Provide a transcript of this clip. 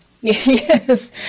Yes